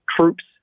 troops